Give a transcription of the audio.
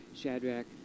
Shadrach